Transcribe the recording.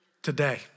today